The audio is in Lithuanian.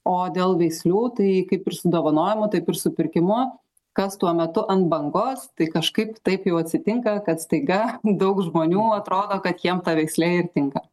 o dėl veislių tai kaip ir su dovanojimu taip ir su pirkimu kas tuo metu ant bangos tai kažkaip taip jau atsitinka kad staiga daug žmonių atrodo kad jiem ta veislė ir tinka